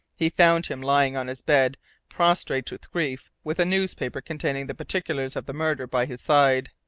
he found him lying on his bed prostrate with grief, with a newspaper containing the particulars of the murder by his side.